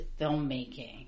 filmmaking